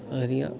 आखदियां